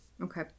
okay